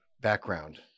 Background